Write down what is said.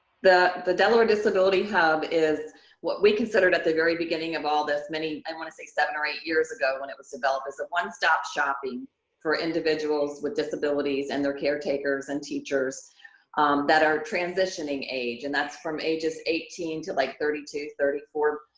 the the delaware disability hub is what we considered at the very beginning of all this, i and want to say seven or eight years ago when it was developed, is a one-stop shopping for individuals with disabilities and their caretakers and teachers that are transitioning age. and that's from ages eighteen to, like, thirty two, thirty four.